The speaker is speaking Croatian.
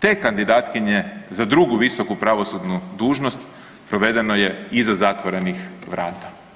te kandidatkinje za drugu visoku pravosudnu dužnost provedeno je iza zatvorenih vrata.